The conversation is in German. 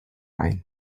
ein